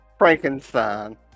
Frankenstein